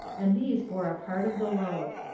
and these bore a part of the load.